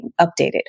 updated